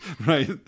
Right